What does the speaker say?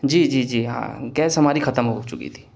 جی جی جی ہاں گیس ہماری ختم ہو چکی تھی